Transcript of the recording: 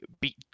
beat